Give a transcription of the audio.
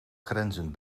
grenzen